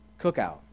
cookout